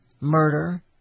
Murder